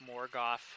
Morgoth